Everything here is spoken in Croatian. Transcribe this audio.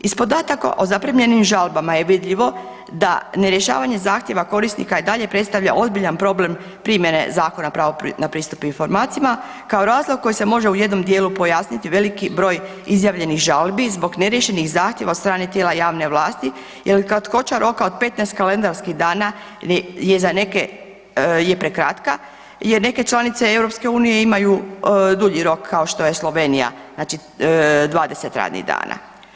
Iz podataka o zaprimljenim žalbama je vidljivo da nerješavanje zahtjeva korisnika i dalje predstavlja ozbiljan problem primjene Zakona o pravu na pristup informacijama, kao i razlog koji se može u jednom dijelu pojasniti, veliki broj izjavljenih žalbi zbog neriješenih zahtjeva od strane tijela javne vlasti je li kad kočar lokal od 15 kalendarskih dana je za neke je prekratka jer neke članice EU imaju dulji rok kao što je Slovenija, znači 20 radnih dana.